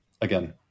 again